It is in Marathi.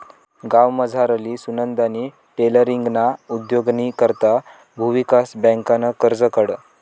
गावमझारली सुनंदानी टेलरींगना उद्योगनी करता भुविकास बँकनं कर्ज काढं